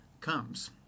comes